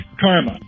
Karma